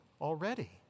already